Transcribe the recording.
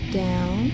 down